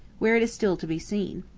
where it is still to be seen.